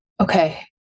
Okay